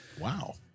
wow